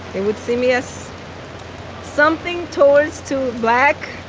they would see me as something towards to black,